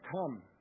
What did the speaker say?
come